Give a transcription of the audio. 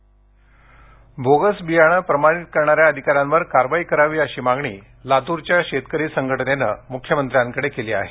bogus बियाणं bogus बियाणं प्रमाणित करणाऱ्या अधिकाऱ्यांवर कारवाई करावी अशी मागणी लातूरच्या शेतकरी संघटनेनं मुख्यमंत्र्यांकडे केली आहे